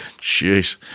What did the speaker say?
Jeez